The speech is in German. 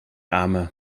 arme